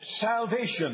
salvation